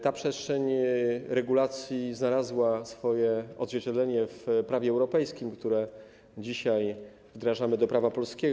Ta przestrzeń regulacji znalazła swoje odzwierciedlenie w prawie europejskim, które dzisiaj wdrażamy do prawa polskiego.